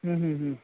हं हं हं